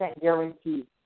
guarantee